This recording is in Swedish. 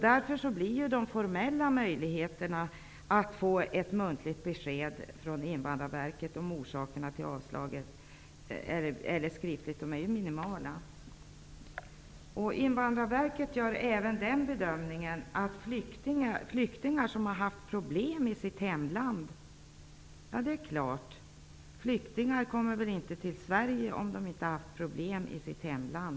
Därför är de formella möjligheterna minimala att få ett muntligt eller skriftligt besked från Invandrarverket om orsakerna till avslaget. Invandrarverket gör även den bedömningen att flyktingar har haft problem i sitt hemland. Ja, det är klart! Flyktingar kommer väl inte till Sverige om de inte har haft problem i sitt hemland.